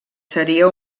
seria